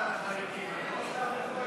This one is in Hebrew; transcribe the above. חוק ומשפט נתקבלה.